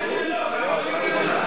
למה אתה מגן עליו?